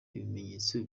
ibimenyetso